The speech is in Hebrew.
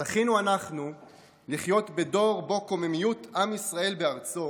זכינו אנחנו לחיות בדור שבו קוממיות עם ישראל בארצו